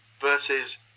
Versus